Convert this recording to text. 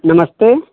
नमस्ते